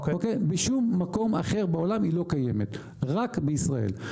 בשום מקום אחר בעולם היא לא קיימת, רק בישראל.